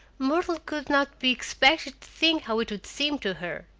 myrtle could not be expected to think how it would seem to her.